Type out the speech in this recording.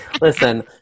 Listen